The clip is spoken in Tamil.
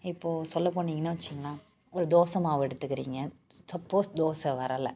இப்போது சொல்லப் போனிங்கன்னு வச்சுங்களேன் ஒரு தோசை மாவு எடுத்துக்கிறீங்க சப்போஸ் தோசை வரலை